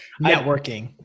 Networking